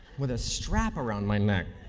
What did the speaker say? with a strap around my neck,